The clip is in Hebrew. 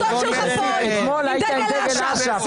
--- דגל אש"ף.